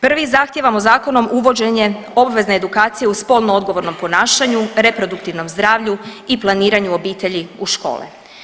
Prvi zahtijevamo zakonom uvođenje obvezne edukacije u spolno odgovornom ponašanju, reproduktivnom zdravlju i planiranju obitelji u škole.